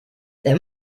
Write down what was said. then